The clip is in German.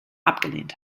abgelehnt